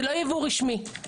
לא ייבוא רשמי.